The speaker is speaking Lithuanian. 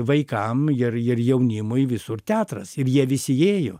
vaikam ir ir jaunimui visur teatras ir jie visi jėjo